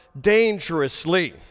dangerously